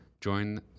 join